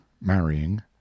marrying